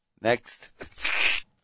Next